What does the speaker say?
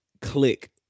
click